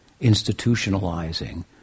institutionalizing